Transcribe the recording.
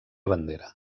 bandera